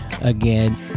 again